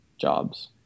jobs